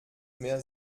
mehr